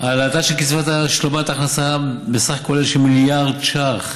העלאתה של קצבת השלמת הכנסה בסך כולל של מיליארד ש"ח